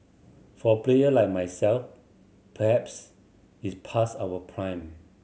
for player like myself perhaps it's past our prime